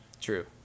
True